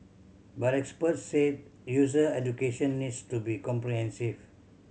but experts said user education needs to be comprehensive